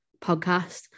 podcast